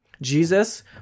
Jesus